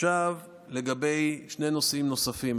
עכשיו לגבי שני נושאים נוספים,